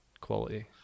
quality